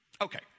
Okay